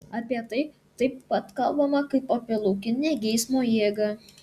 apie tai taip pat kalbama kaip apie laukinę geismo jėgą